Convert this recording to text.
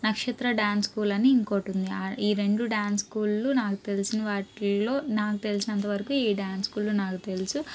నక్షత్ర dance school అని ఇంకోటుంది ఈ రెండు డ్యాన్స్ స్కూల్లు నాకు తెలిసిన వాటిల్లో నాకు తెలిసినంత వరకు ఈ డ్యాన్స్ స్కూల్లు నాకు తెలుసు